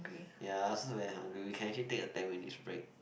ya I also very hungry we can actually take our time when it's break